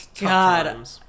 God